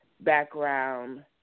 background